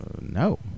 No